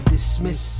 Dismiss